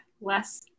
less